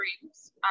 dreams